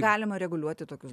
galima reguliuoti tokius